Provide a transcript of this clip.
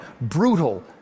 brutal